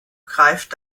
greift